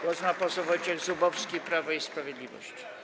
Głos ma poseł Wojciech Zubowski, Prawo i Sprawiedliwość.